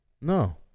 No